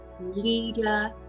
leader